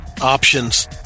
Options